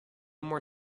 more